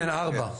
כן, (4).